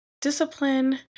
discipline